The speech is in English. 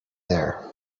there